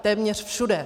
Téměř všude.